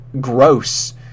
gross